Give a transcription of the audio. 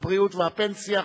הבריאות והפנסיה,